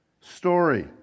story